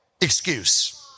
excuse